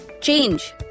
Change